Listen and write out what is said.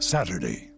Saturday